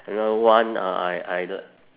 another one uh I either